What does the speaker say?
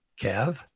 Kev